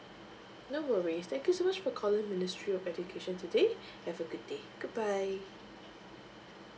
no worries thank you so much for calling ministry of education today have a good day goodbye